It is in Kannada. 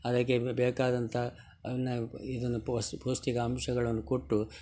ಅದಕ್ಕೆ ಬೇಕಾದಂತ ಇದನ್ನು ಪೋಸು ಪೋಸ್ಟಿಕಾಂಶಗಳನ್ನು ಕೊಟ್ಟು